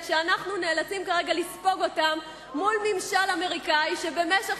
שאנחנו נאלצים כרגע לספוג אותה מול ממשל אמריקני שבמשך